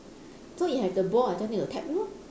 so if you have the ball I just need to tap you lor